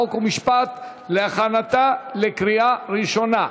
חוק ומשפט להכנתה לקריאה ראשונה.